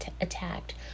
attacked